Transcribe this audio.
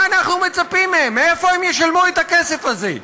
מה אנחנו מצפים מהם, מאיפה הם ישלמו את הכסף הזה?